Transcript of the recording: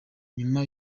nyuma